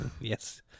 Yes